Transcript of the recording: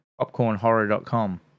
popcornhorror.com